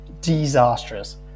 disastrous